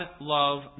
love